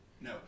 No